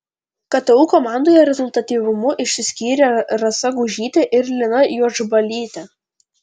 ktu komandoje rezultatyvumu išsiskyrė rasa gužytė ir lina juodžbalytė